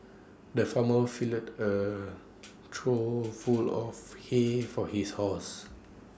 the farmer filled A trough full of hay for his horses